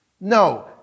No